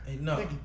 No